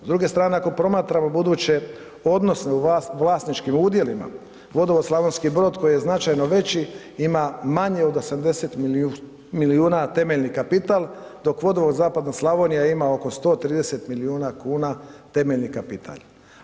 S druge strane, ako promatramo buduće odnose u vlasničkim udjelima, Vodovod Slavonski Brod koji je značajno veći ima manje od 80 milijuna temeljni kapital, dok Vodovod Zapadna Slavonija ima oko 130 milijuna kuna temeljni kapital.